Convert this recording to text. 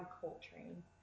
Coltrane